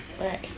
Right